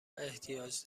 احتیاج